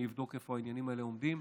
אני אבדוק איפה העניינים האלה עומדים.